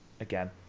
again